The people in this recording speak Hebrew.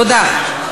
תודה.